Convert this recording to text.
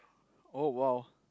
oh !wow!